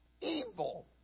Evil